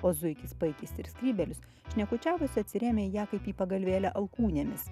o zuikis puikis ir skrybėlius šnekučiavosi atsirėmę į ją kaip į pagalvėlę alkūnėmis